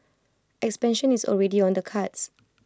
expansion is already on the cards